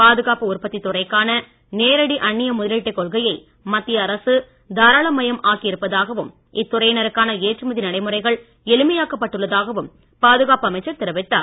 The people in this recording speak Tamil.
பாதுகாப்பு உற்பத்தி துறைக்கான நேரடி அன்னிய முதலீட்டுக் கொள்கையை மத்திய அரசு தாராளமயம் ஆக்கியிருப்பதாகவும் இத்துறையினருக்கான ஏற்றுமதி நடைமுறைகள் எளிமையாக்கப் பட்டுள்ளதாகவும் பாதுகாப்பு அமைச்சர் தெரிவித்தார்